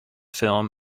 film